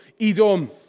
Edom